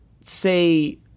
say